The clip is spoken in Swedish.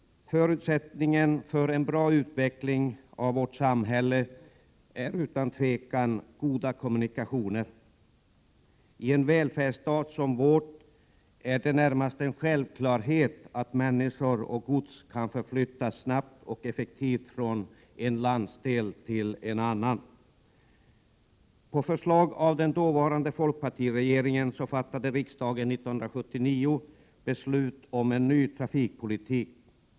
Förutsättningarna för en bra utveckling av vårt samhälle är utan tvivel goda kommunikationer. I en välfärdsstat som vår är det närmast en självklarhet att människor och gods kan förflyttas snabbt och effektivt från en landsdel till en annan. På förslag av den dåvarande folkpartiregeringen fattade riksdagen 1979 beslut om en ny trafikpolitik.